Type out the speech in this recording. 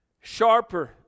Sharper